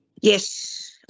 Yes